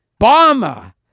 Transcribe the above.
Obama